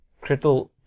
critical